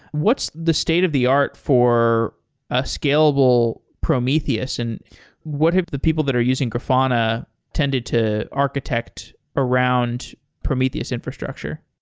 what's the state of the art for a scalable prometheus and what have the people that are using grafana tended to architect around prometheus infrastructure?